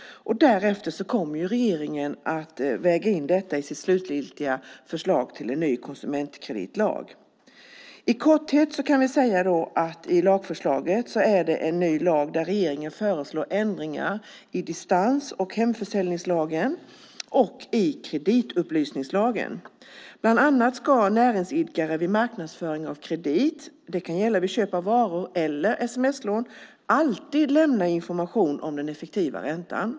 Därefter kommer regeringen att väga in detta i sitt slutgiltiga förslag till en ny konsumentkreditlag. I korthet kan vi säga att lagförslaget innebär en ny lag där regeringen föreslår ändringar i distans och hemförsäljningslagen och i kreditupplysningslagen. Bland annat ska näringsidkare vid marknadsföring av kredit - det kan gälla vid köp av varor eller sms-lån - alltid lämna information om den effektiva räntan.